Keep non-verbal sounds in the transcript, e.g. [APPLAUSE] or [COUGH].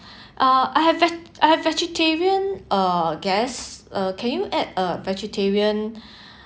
uh [BREATH] I have ve~ I have vegetarian uh guests uh can you add a vegetarian [BREATH]